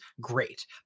great